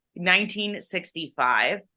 1965